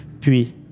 Puis